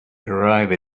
arrive